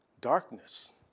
darkness